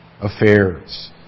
affairs